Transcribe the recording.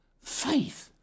faith